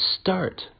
start